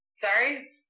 Sorry